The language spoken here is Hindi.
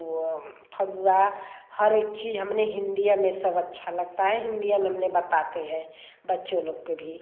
फगुवा हर एक चीज़ हमने हिंदी में सब अच्छा लगता है हिंदी में हमने बताते हैं बच्चों लोग के भी